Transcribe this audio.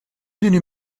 دونی